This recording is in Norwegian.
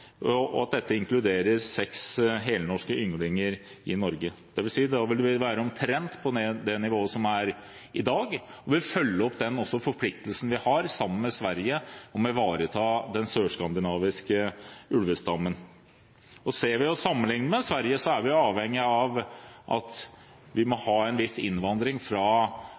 inkluderer seks helnorske ynglinger i Norge. Det vil si at vi da vil være omtrent på det nivået som er i dag, og vi vil følge opp den forpliktelsen vi har sammen med Sverige til å ivareta den sørskandinaviske ulvestammen. Sammenlikner vi med Sverige, er vi avhengig av å ha en viss innvandring fra